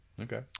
okay